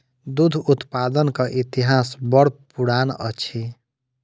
दूध उत्पादनक इतिहास बड़ पुरान अछि